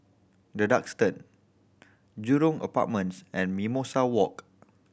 The Duxton Jurong Apartments and Mimosa Walk